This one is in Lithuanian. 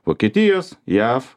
vokietijos jav